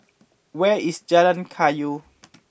where is Jalan Kayu